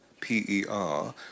P-E-R